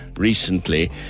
recently